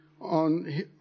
on